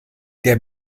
der